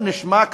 הזאת.